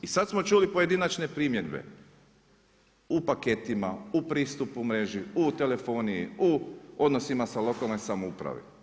I sad smo čuli pojedinačne primjedbe u paketima, u pristupu mreži u telefoniji, u odnosima sa lokalne samoure.